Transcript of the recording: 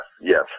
yes